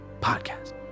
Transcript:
Podcast